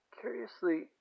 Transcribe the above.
Curiously